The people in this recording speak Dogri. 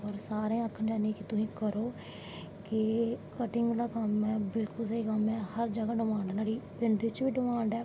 और सारैं आक्खनां कि तुस करो कटिंग दा कम्म ऐ बिल्कुल स्हेई कम्म ऐ हर जगा डिमांड़ ऐ नहाड़ी पिंड च बी डिमांड़ ऐ